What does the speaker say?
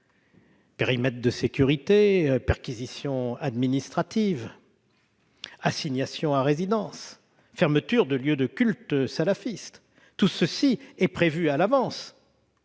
périmètre de sécurité, perquisitions administratives, assignation à résidence, fermeture de lieux de culte salafiste, etc. Toutes ces